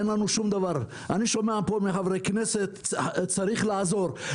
אני שומע פה מחברי הכנסת צריך לעזור.